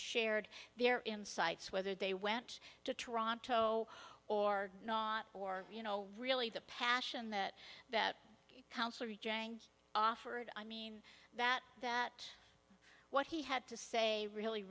shared their insights whether they went to toronto or not or you know really the passion that that concert django offered i mean that that what he had to say really